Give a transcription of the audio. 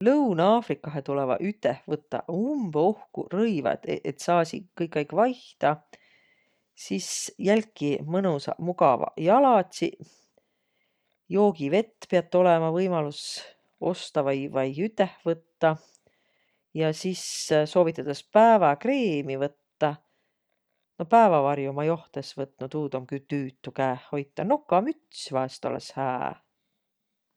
Lõun-Afrikahe tulõvaq üteh võttaq umbõ ohkuq rõivaq, et saasiq kõik aig vaihtaq. Sis jälki mõnusaq, mugavaq jaladsiq. Joogivett piät olõma võimalus ostaq vai üteh võttaq. Ja sis soovitõdas pääväkreemi võttaq. No päävävarjo ma joht es võtnuq, tuud om külh tüütü käeh hoitaq. Nokamüts vaest olõs hää.